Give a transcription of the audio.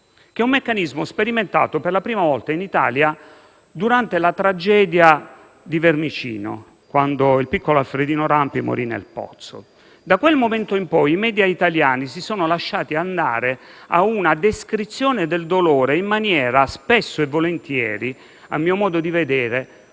«TV del dolore», sperimentato per la prima volta in Italia durante la tragedia di Vermicino, quando il piccolo Alfredino Rampi morì nel pozzo. Da quel momento in poi i *media* italiani si sono lasciati andare a una descrizione del dolore, spesso e volentieri a mio modo di vedere,